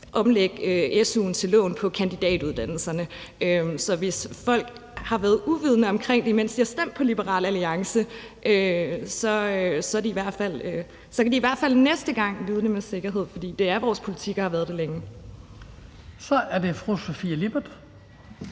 omlægge su'en til lån på kandidatuddannelserne. Så hvis folk har været uvidende omkring det, imens de har stemt på Liberal Alliance, kan de i hvert fald næste gang vide det med sikkerhed, for det er vores politik og har været det længe. Kl. 16:45 Den fg.